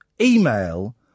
email